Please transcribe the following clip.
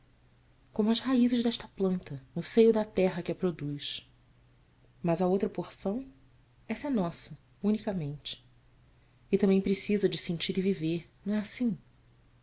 como as raízes desta planta no seio da terra que a produz mas a outra porção essa é nossa unicamente e também precisa de sentir e viver não é assim